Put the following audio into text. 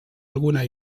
alguna